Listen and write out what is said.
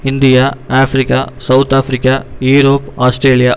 India Africa South Africa Europe Australia